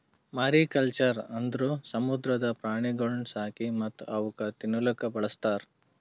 mariculture ಅಂದುರ್ ಸಮುದ್ರದ ಪ್ರಾಣಿಗೊಳ್ ಸಾಕಿ ಮತ್ತ್ ಅವುಕ್ ತಿನ್ನಲೂಕ್ ಬಳಸ್ತಾರ್